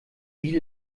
wie